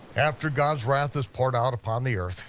after god's wrath has poured out upon the earth,